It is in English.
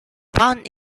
found